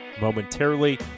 momentarily